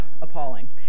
appalling